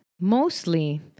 Mostly